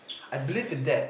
I believe in that